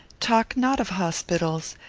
talk not of hospitals.